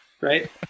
Right